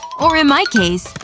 or in my case,